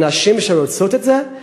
לנשים שרוצות בזה,